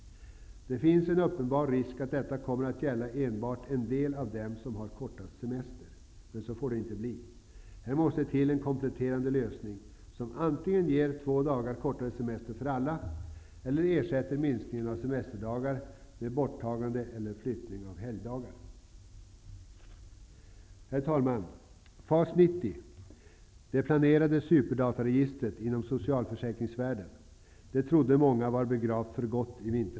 Det finns en uppenbar risk att detta kommer att gälla enbart en del av dem som har kortast semester. Så får det inte bli. Här måste till en kompletterande lösning, som antingen innebär två dagar kortare semester för alla eller också ersätter minskningen av antalet semesterdagar med ett borttagande eller en flyttning av helgdagar. FAS 90, det planerade superdataregistret inom socialförsäkringsvärlden, trodde många i vintras var begravt för gott.